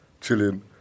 Chilling